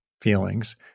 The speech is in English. feelings